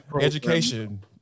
education